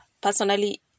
personally